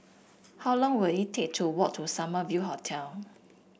how long will it take to walk to Summer View Hotel